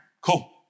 cool